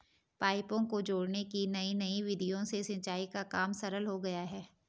पाइपों को जोड़ने की नयी नयी विधियों से सिंचाई का काम सरल हो गया है